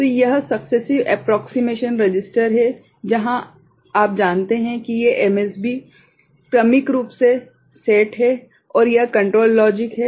तो यह successive approximation register है जहां आप जानते हैं कि ये MSB क्रमिक रूप से सेट हैं और यह कंट्रोल लॉजिक है